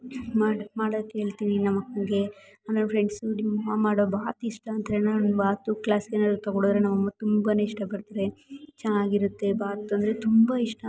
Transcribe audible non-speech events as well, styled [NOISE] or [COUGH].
ಮಾಡಿ ಮಾಡೋಕೆ ಹೇಳ್ತೀನಿ ನಮ್ಮಕ್ಕನಿಗೆ ಆಮೇಲೆ ಫ್ರೆಂಡ್ಸು ನಿಮ್ಮಮ್ಮ ಮಾಡೋ ಬಾತ್ ಇಷ್ಟ ಅಂತ [UNINTELLIGIBLE] ಬಾತು ಕ್ಲಾಸಿಗೇನಾರು ತೊಗೊಂಡೋದರೆ ನಮ್ಮಮ್ಮ ತುಂಬ ಇಷ್ಟಪಡ್ತಾರೆ ಚೆನ್ನಾಗಿರತ್ತೆ ಬಾತ್ ಅಂದರೆ ತುಂಬ ಇಷ್ಟ